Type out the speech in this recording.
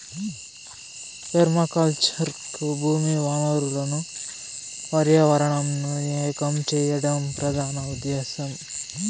permaculture కు భూమి వనరులను పర్యావరణంను ఏకం చేయడం ప్రధాన ఉదేశ్యం